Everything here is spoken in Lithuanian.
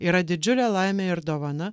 yra didžiulė laimė ir dovana